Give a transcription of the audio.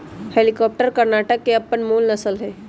हल्लीकर कर्णाटक के अप्पन मूल नसल हइ